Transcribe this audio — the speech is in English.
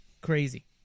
crazy